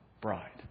bride